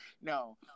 no